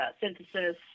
synthesis